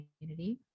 community